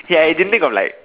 ya you didn't think of like